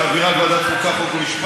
וארדן, תפסיק להסית.